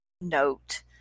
note